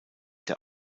der